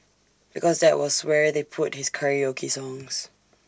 because that was where they put his karaoke songs